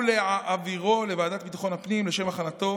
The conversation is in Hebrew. ולהעבירו לוועדת ביטחון הפנים לשם הכנתו